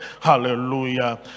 hallelujah